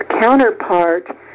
counterpart